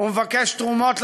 ומבקש תרומות לחגיגות.